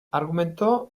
argumento